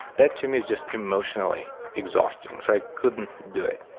that to me is just emotionally exhausting. so i couldn't do it.